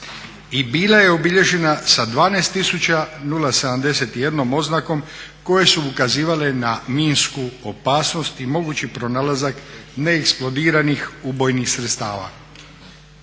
i bila je obilježena sa 12.071 oznakom koje su ukazivale na minsku opasnost i mogući pronalazak neeksplodiranih ubojnih sredstava.